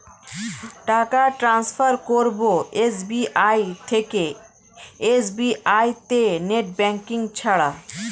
টাকা টান্সফার করব এস.বি.আই থেকে এস.বি.আই তে নেট ব্যাঙ্কিং ছাড়া?